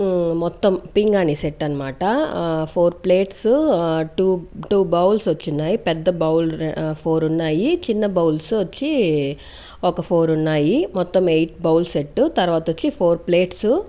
మొత్తం పింగాని సెట్ అనమాట four plates two two bowls వచ్చున్నాయ్ పెద్ద బౌల్స్ ఫోర్ ఉన్నాయి చిన్న బౌల్స్ వచ్చి ఒక ఫోర్ ఉన్నాయి మొత్తం ఎయిట్ బౌల్ సెట్ తర్వాత వచ్చి ఫోర్ ప్లేట్స్